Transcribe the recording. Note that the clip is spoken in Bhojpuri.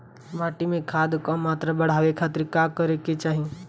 माटी में खाद क मात्रा बढ़ावे खातिर का करे के चाहीं?